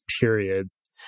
periods